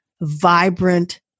vibrant